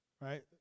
Right